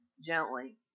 gently